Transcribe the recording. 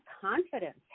confidence